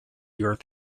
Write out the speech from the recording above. earth